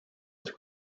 its